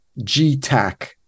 GTAC